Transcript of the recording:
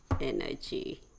energy